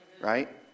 right